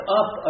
up